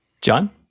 john